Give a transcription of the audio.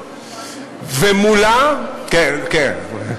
הלאה, ומולה, כן, כן.